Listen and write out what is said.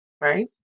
Right